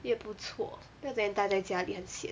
也不错不要整天待在家里很 sian